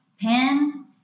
pen